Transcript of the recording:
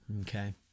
okay